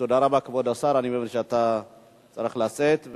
תודה רבה, כבוד השר, אני מבין שאתה צריך לצאת.